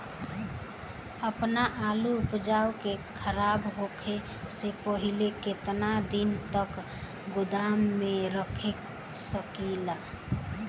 आपन आलू उपज के खराब होखे से पहिले केतन दिन तक गोदाम में रख सकिला?